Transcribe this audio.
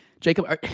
Jacob